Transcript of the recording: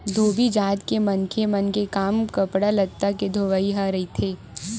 धोबी जात के मनखे मन के काम कपड़ा लत्ता के धोवई ह रहिथे